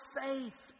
faith